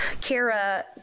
Kara